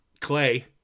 Clay